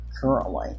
currently